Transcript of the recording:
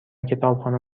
کتابخانه